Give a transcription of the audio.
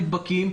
נדבקים.